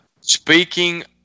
Speaking